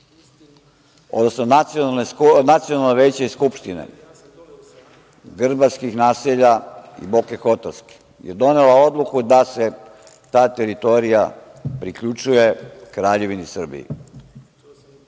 odnosno Nacionalno veće skupštine grbaljskih naselja i Boke Kotorske je donela odluku da se ta teritorija priključuje Kraljevini Srbiji.